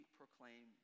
proclaim